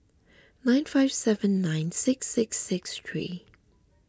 nine five seven nine six six six three